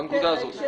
כן, בהקשר הזה.